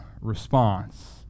response